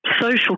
social